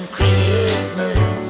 Christmas